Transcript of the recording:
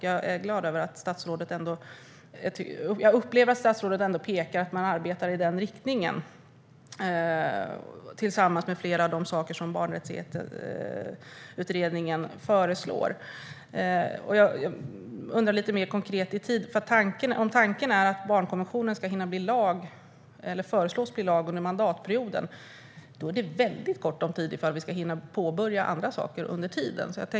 Jag upplever att statsrådet ändå pekar på att man arbetar i den riktningen, vilket omfattar flera av de saker som Barnrättighetsutredningen föreslår, och detta är jag glad över. Om tanken är att barnkonventionen ska hinna föreslås bli lag under mandatperioden är det väldigt kort om tid att hinna påbörja andra saker under tiden.